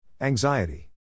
Anxiety